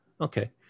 Okay